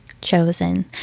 chosen